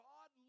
God